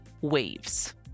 waves